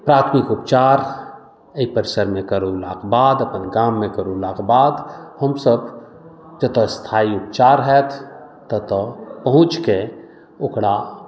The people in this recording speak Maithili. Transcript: प्राथमिक उपचार एहि परिसरमे करौलाक बाद अपन गाममे करौलाक बाद हमसभ जतय स्थायी उपचार हैत ततय पहुँचिके ओकरा